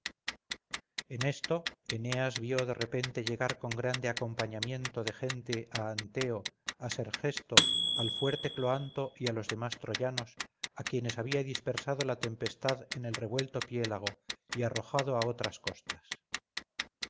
en esto eneas vio de repente llegar con grande acompañamiento de gente a anteo a sergesto al fuerte cloanto y a los demás troyanos a quienes había dispersado la tempestad en el revuelto piélago y arrojado a otras costas